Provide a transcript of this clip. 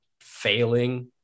failing